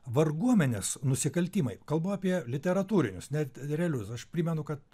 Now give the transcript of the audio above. varguomenės nusikaltimai kalbu apie literatūrinius net realius aš primenu kad